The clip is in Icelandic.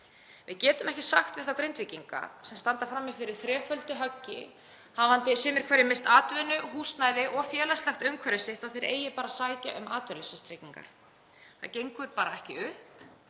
Við getum ekki sagt við þá Grindvíkinga sem standa frammi fyrir þreföldu höggi, hafandi sumir hverjir misst atvinnu, húsnæði og félagslegt umhverfi sitt, að þeir eigi bara að sækja um atvinnuleysistryggingar. Það gengur bara ekki upp.